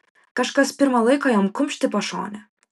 kažkas pirma laiko jam kumšt į pašonę